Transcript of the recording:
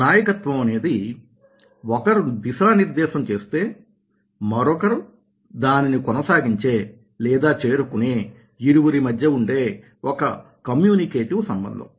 నాయకత్వం అనేది ఒకరు దిశా నిర్దేశం చేస్తే మరొకరు దానిని కొన సాగించే లేదా చేరుకునే ఇరువురి మధ్య ఉండే ఒక కమ్యూనికేటివ్ సంబంధం